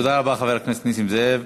תודה רבה, חבר הכנסת נסים זאב.